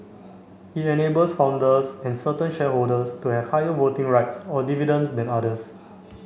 it enables founders and certain shareholders to have higher voting rights or dividends than others